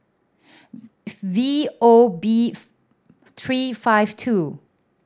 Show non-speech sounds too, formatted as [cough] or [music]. [noise] V O beef three five two